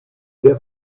der